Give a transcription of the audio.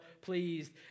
pleased